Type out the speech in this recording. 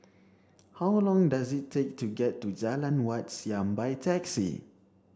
how long does it take to get to Jalan Wat Siam by taxi